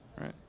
right